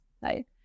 right